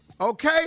Okay